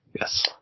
yes